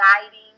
guiding